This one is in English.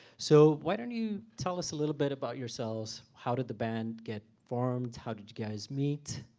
so why don't you tell us a little bit about yourselves? how did the band get formed? how did you guys meet?